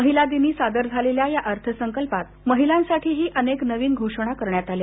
महिला दिनी सादर झालेल्या या अर्थसंकल्पात महिलांसाठी अनेक नवीन घोषणा करण्यात आल्या